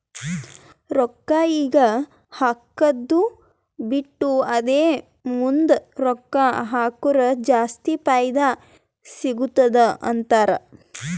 ರೊಕ್ಕಾ ಈಗ ಹಾಕ್ಕದು ಬಿಟ್ಟು ಅದೇ ಮುಂದ್ ರೊಕ್ಕಾ ಹಕುರ್ ಜಾಸ್ತಿ ಫೈದಾ ಸಿಗತ್ತುದ ಅಂತಾರ್